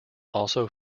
also